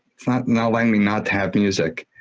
not not allowing me not to have music.